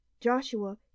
Joshua